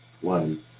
One